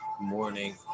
morning